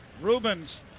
Rubens